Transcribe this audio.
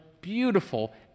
beautiful